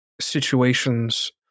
situations